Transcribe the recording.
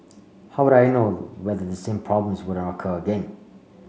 how would I knows whether the same problems wouldn't occur again